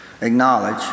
acknowledge